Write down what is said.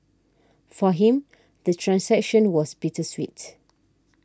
for him the transition was bittersweet